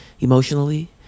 emotionally